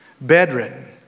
bedridden